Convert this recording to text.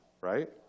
right